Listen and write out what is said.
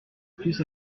plus